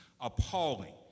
appalling